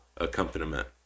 accompaniment